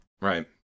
Right